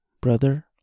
brother